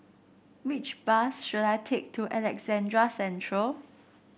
which bus should I take to Alexandra Central